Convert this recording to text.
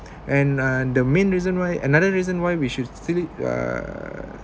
and uh the main reason why another reason why we should still it uh